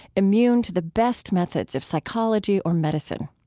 immune to the best methods of psychology or medicine.